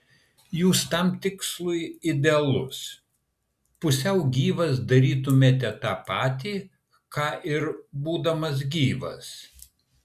jūs tam tikslui idealus pusiau gyvas darytumėte tą patį ką ir būdamas gyvas